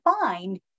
find